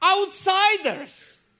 outsiders